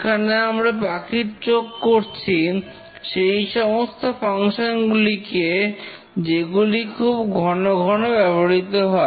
এখানে আমরা পাখির চোখ করছি সেই সমস্ত ফাংশন গুলিকে যেগুলি খুব ঘন ঘন ব্যবহৃত হয়